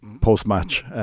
post-match